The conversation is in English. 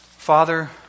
Father